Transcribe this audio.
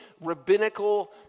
rabbinical